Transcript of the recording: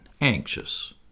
anxious